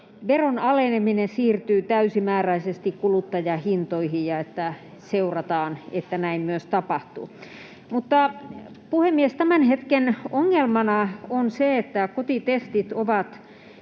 veron aleneminen siirtyy täysimääräisesti kuluttajahintoihin ja että seurataan, että näin myös tapahtuu. Mutta, puhemies, tämän hetken ongelmana on se, että kotitestit ovat